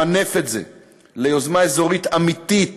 למנף את זה ליוזמה אזורית אמיתית